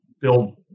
build